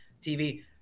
TV